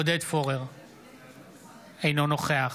אינו נוכח